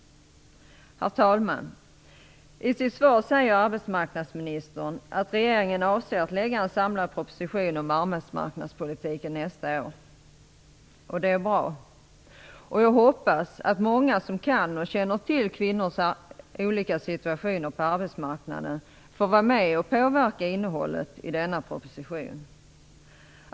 Herr talman! I sitt svar säger arbetsmarknadsministern att regeringen avser att lägga fram en samlad proposition om arbetsmarknadspolitiken nästa år, och det är bra. Jag hoppas att många som kan och känner till kvinnors olika situationer på arbetsmarknaden får vara med och påverka innehållet i denna proposition.